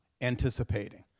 anticipating